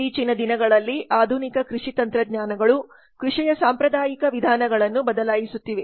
ಇತ್ತೀಚಿನ ದಿನಗಳಲ್ಲಿ ಆಧುನಿಕ ಕೃಷಿ ತಂತ್ರಜ್ಞಾನಗಳು ಕೃಷಿಯ ಸಾಂಪ್ರದಾಯಿಕ ವಿಧಾನಗಳನ್ನು ಬದಲಾಯಿಸುತ್ತಿವೆ